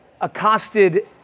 accosted